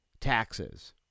taxes